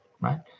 right